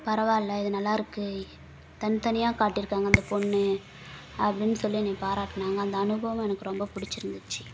பரவாயில்ல இது நல்லாயிருக்கு தனி தனியாக காட்டியிருக்காங்க அந்த பொண்ணு அப்படின்னு சொல்லி என்னை பாராட்டினாங்க அந்த அனுபவம் எனக்கு ரொம்ப பிடிச்சிருந்துச்சி